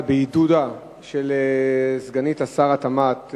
בעידודה של סגנית שר התמ"ת,